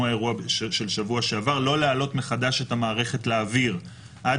האירוע של שבוע שעבר לא להעלות מחדש את המערכת לאוויר עד